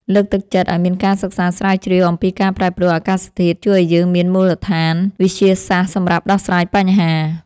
លើកទឹកចិត្តឱ្យមានការសិក្សាស្រាវជ្រាវអំពីការប្រែប្រួលអាកាសធាតុជួយឱ្យយើងមានមូលដ្ឋានវិទ្យាសាស្ត្រសម្រាប់ដោះស្រាយបញ្ហា។